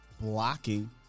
blocking